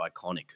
iconic